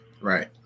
Right